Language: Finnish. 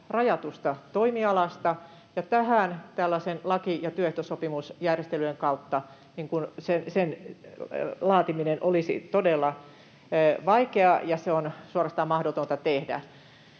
ja sen laatiminen tähän tällaisten laki‑ ja työehtosopimusjärjestelyjen kautta olisi todella vaikeaa ja suorastaan mahdotonta tehdä.